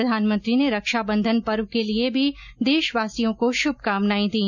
प्रधानमंत्री ने रक्षा बंधन पर्व के लिये भी देशवासियों को श्भकामनायें दी